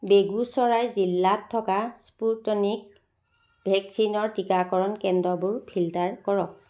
বেগুচৰাই জিলাত থকা স্পুটনিক ভেকচিনৰ টীকাকৰণ কেন্দ্ৰবোৰ ফিল্টাৰ কৰক